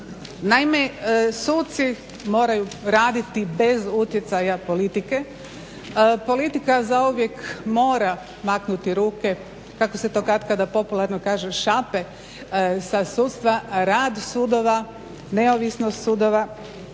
Naime, suci moraju raditi bez utjecaja politike. Politika zauvijek mora maknuti ruke kako se to katkada popularno kaže šape sa sudstva, rad sudova neovisnost sudova,